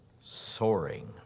soaring